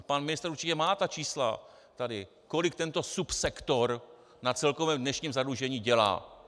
Pan ministr tady určitě má ta čísla, kolik tento subsektor na celkovém dnešním zadlužení dělá.